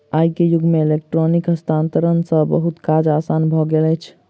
आई के युग में इलेक्ट्रॉनिक हस्तांतरण सॅ बहुत काज आसान भ गेल अछि